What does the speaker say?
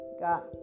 got